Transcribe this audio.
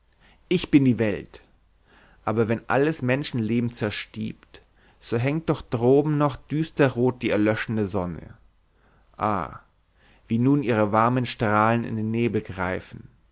ich bin die welt aber wenn alles menschenleben zerstiebt so hängt doch droben noch düsterrot die erlöschende sonne ah wie nun ihre warmen strahlen in den nebel greifen